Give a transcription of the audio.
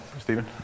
Stephen